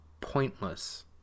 pointless